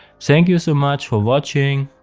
thank you so much for watching.